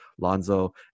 Lonzo